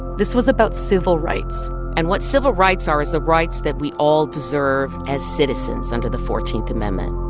this was about civil rights and what civil rights are, is the rights that we all deserve as citizens under the fourteenth amendment